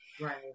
Right